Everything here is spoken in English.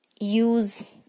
Use